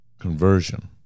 conversion